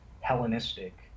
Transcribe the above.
Hellenistic